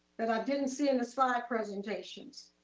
that i didn't see in the slide presentations.